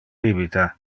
bibita